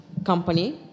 company